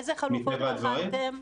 איזה חלופות בחנתם?